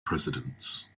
presidents